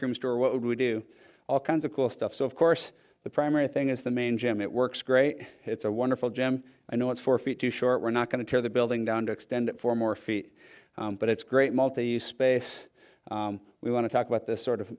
cream store what would we do all kinds of cool stuff so of course the primary thing is the main gym it works great it's a wonderful gym i know it's four feet too short we're not going to tear the building down to extend it for more feet but it's great multi space we want to talk about this sort of